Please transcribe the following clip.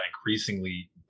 increasingly